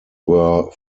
were